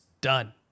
done